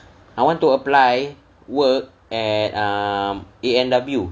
I want to apply work at err A&W